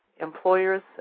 employers